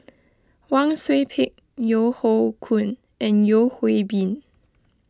Wang Sui Pick Yeo Hoe Koon and Yeo Hwee Bin